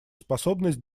способность